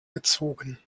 gezogen